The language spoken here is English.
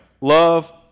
love